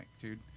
dude